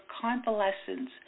convalescence